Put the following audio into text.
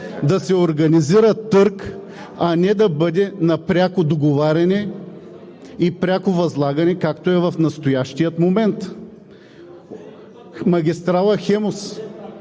да се организира търг, а не да бъде на пряко договаряне и пряко възлагане, както е в настоящия момент? Магистрала „Хемус“,